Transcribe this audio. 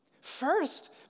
First